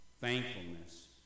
thankfulness